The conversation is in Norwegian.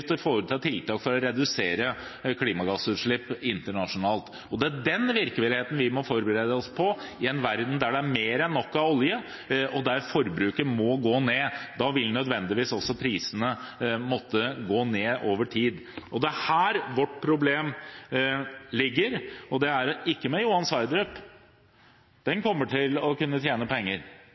i verk tiltak for å redusere klimagassutslipp internasjonalt. Det er den virkeligheten vi må forberede oss på i en verden der det er mer enn nok olje, og der forbruket må gå ned. Da vil nødvendigvis også prisene måtte gå ned over tid. Og det er her vårt problem ligger. Det er ikke med Johan Sverdrup, på den kommer vi til å